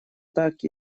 так